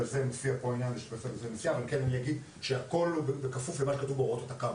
אני רק אציין שוועדת המשנה היא לא מוסד של הקרן,